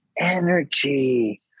energy